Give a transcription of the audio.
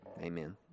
Amen